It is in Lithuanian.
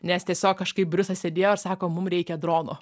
nes tiesiog kažkaip briusas sėdėjo ir sako mum reikia drono